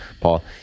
Paul